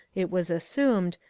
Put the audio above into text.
it was assumed,